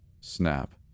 Snap